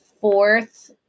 fourth